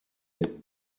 aime